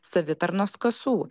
savitarnos kasų